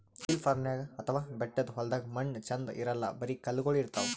hill farming ಅಥವಾ ಬೆಟ್ಟದ್ ಹೊಲ್ದಾಗ ಮಣ್ಣ್ ಛಂದ್ ಇರಲ್ಲ್ ಬರಿ ಕಲ್ಲಗೋಳ್ ಇರ್ತವ್